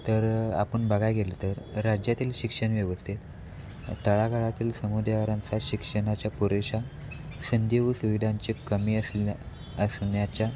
तर आपण बघाय गेलं तर राज्यातील शिक्षणनव्यवस्थेत तळागाळातील समुदायारांचा शिक्षणाच्या पुरेशा संधी व सुविधांची कमी असल्या असण्याच्या